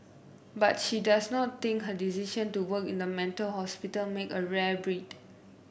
but she does not think her decision to work in the mental hospital make her a rare breed